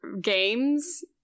games